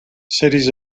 cities